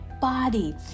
body